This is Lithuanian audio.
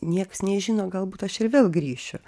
nieks nežino galbūt aš ir vėl grįšiu